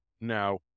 now